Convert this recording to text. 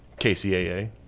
KCAA